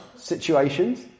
Situations